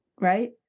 right